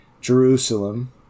jerusalem